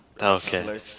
Okay